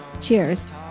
Cheers